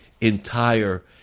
entire